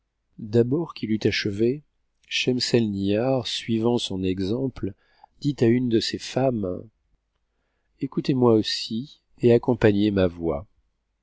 d'abord qu'il eut achevé schemseinihar suivant son exemple dit à une de ses femmes écoutez moi aussi et accompagnez ma voix